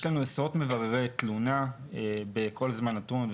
יש לנו עשרות מבררי תלונה בכל זמן נתון.